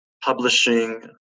publishing